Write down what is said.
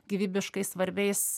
gyvybiškai svarbiais